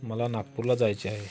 मला नागपूरला जायचे आहे